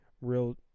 real